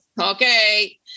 okay